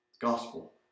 Gospel